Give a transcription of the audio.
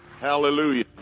Hallelujah